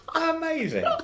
Amazing